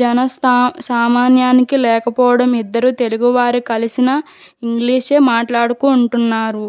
జనస్థా సామాన్యానికి లేకపోవడం ఇద్దరు తెలుగువారు కలిసినా ఇంగ్లీషే మాట్లాడుకుంటున్నారు